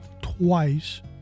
twice